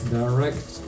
direct